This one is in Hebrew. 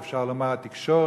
ואפשר לומר התקשורת,